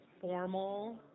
formal